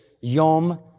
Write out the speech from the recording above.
Yom